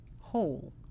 whole